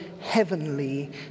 heavenly